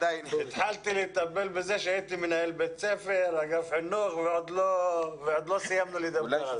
התחלתי לטפל בזה עת הייתי מנהל בית ספר ועוד לא סיימנו לדבר על זה.